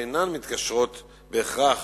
שאינן מתקשרות בהכרח